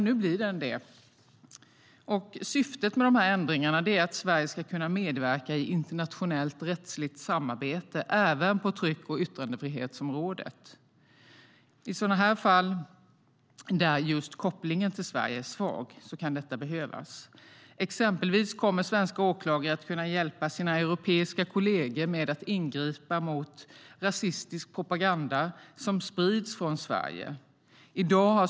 Några ändringar på tryck och yttrande-frihetens område Syftet med de här ändringarna är att Sverige ska kunna medverka i internationellt rättsligt samarbete även på tryck och yttrandefrihetsområdet. I sådana här fall, där just kopplingen till Sverige är svag, kan detta behövas. Exempelvis kommer svenska åklagare att kunna hjälpa sina europeiska kolleger med att ingripa mot rasistisk propaganda som sprids från Sverige.